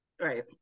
right